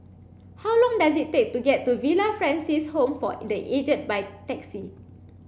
how long does it take to get to Villa Francis Home for the Aged by taxi